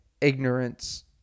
ignorance